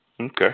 Okay